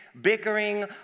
bickering